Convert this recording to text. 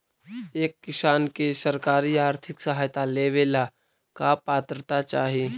एक किसान के सरकारी आर्थिक सहायता लेवेला का पात्रता चाही?